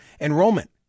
enrollment